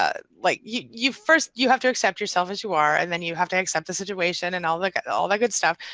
ah like you you first, you have to accept yourself as you are and then you have to accept the situation and then look at all that good stuff,